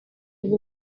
bwo